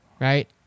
right